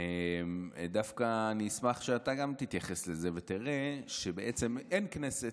אני דווקא אשמח אם אתה גם תתייחס לזה ותראה שבעצם אין כנסת.